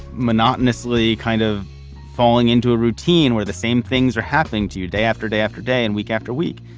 monotonously kind of falling into a routine where the same things are happening to you day after day after day and week after week,